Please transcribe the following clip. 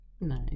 Nice